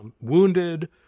wounded